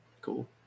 cool